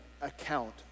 account